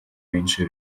меньше